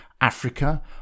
Africa